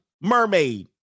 Mermaid